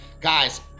Guys